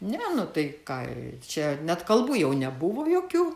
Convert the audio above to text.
ne nu tai ką čia net kalbų jau nebuvo jokių